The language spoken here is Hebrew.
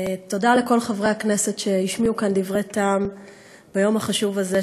תודה לכל חברי הכנסת שהשמיעו כאן דברי טעם ביום החשוב הזה,